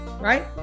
right